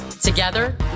Together